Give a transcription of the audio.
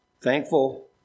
Thankful